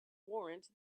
warrant